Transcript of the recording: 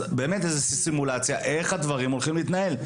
זה גם חשוב שהמנהלים יבינו איך הדברים הולכים להתנהל,